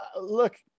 look